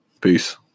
Peace